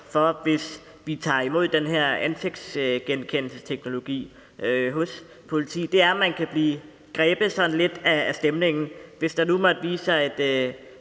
for, hvis vi tager imod den her ansigtsgenkendelsesteknologi hos politiet, er, at man kan blive grebet lidt af stemningen. Hvis der nu måtte vise sig